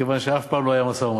מכיוון שאף פעם לא היה משא-ומתן,